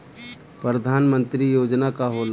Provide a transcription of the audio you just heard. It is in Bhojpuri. परधान मंतरी योजना का होला?